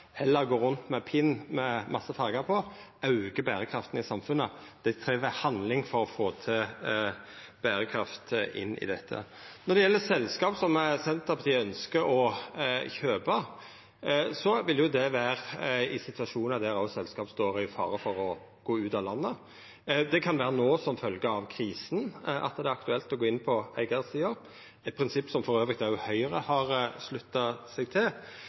eller å gå rundt med pins med masse fargar på aukar berekraften i samfunnet. Det krevst handling for å få til berekraft. Når det gjeld selskap som Senterpartiet ønskjer å kjøpa, vil det vera i situasjonar der selskap står i fare for å gå ut av landet. Det kan vera no, som følgje av krisa, at det er aktuelt å gå inn på eigarsida – eit prinsipp som òg Høgre har slutta seg til.